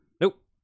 Nope